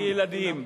לילדים,